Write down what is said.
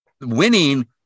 winning